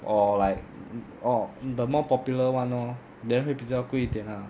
or like orh the more popular [one] lor then 会比较贵一点 ah